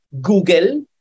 Google